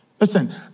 Listen